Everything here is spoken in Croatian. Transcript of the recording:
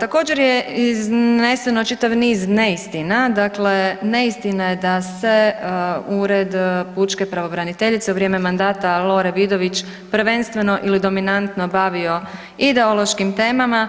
Također je izneseno čitav niz neistina, dakle neistina je da se Ured pučke pravobraniteljice u vrijeme mandata Lore Vidović prvenstveno ili dominantno bavio ideološkim temama,